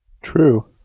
True